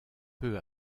peu